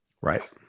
Right